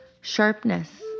sharpness